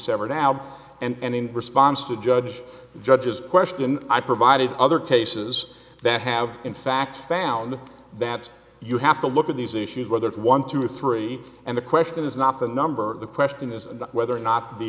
now and in response to judge judge's question i provided other cases that have in fact found that you have to look at these issues whether it's one two or three and the question is not the number the question is whether or not the